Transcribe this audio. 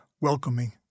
welcoming